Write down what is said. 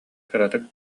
кыратык